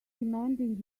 demanding